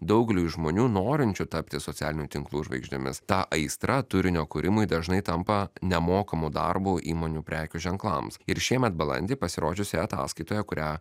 daugeliui žmonių norinčių tapti socialinių tinklų žvaigždėmis ta aistra turinio kūrimui dažnai tampa nemokamu darbo įmonių prekių ženklams ir šiemet balandį pasirodžiusioje ataskaitoje kurią